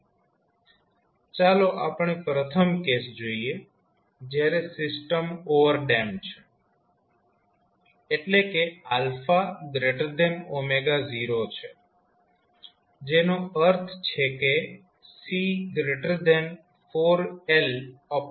હવે ચાલો આપણે પ્રથમ કેસ જોઈએ જ્યારે સિસ્ટમ ઓવરડેમ્પ છે એટલે કે 0છે જેનો અર્થ છે કે C 4LR2 છે